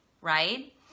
right